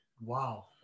Wow